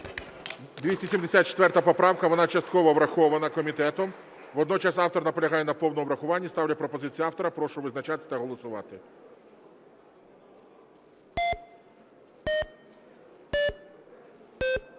274 поправка, вона частково врахована комітетом. Водночас автор наполягає на повному врахуванні. Ставлю пропозицію автора. Прошу визначатися та голосувати.